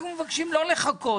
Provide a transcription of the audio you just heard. אנחנו מבקשים לא לחכות.